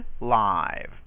live